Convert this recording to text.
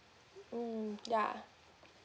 mmhmm ya